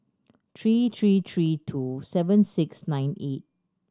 three three three two seven six nine eight